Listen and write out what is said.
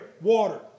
water